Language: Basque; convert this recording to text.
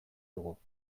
dugu